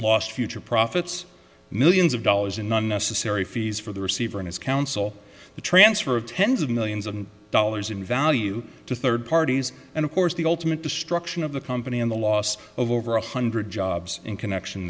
lost future profits millions of dollars in one necessary fees for the receiver in his counsel the transfer of tens of millions of dollars in value to third parties and of course the ultimate destruction of the company and the loss of over one hundred jobs in connection